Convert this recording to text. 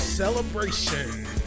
Celebration